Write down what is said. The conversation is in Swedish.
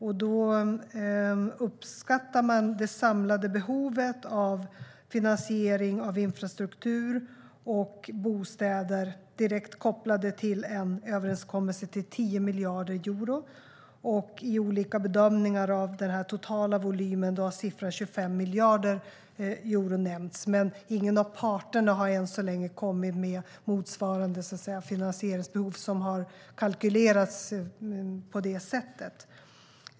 Man uppskattade det samlade behovet av finansiering av infrastruktur och bostäder direkt kopplade till en överenskommelse till 10 miljarder euro. I olika bedömningar av den totala volymen har siffran 25 miljarder euro nämnts. Men ingen av parterna har än så länge kommit med motsvarande finansieringsbehov som har kalkylerats på det sättet.